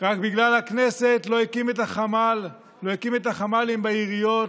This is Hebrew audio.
רק בגלל הכנסת לא הקים את החמ"לים בעיריות,